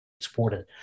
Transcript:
exported